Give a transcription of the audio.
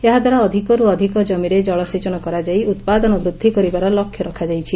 ଏହା ଦ୍ୱାରା ଅଧିକରୁ ଅଧିକ ଜମିରେ ଜଳସେଚନ କରାଯାଇ ଉପାଦନ ବୃଦ୍ଧି କରିବାର ଲକ୍ଷ୍ୟ ରଖାଯାଇଛି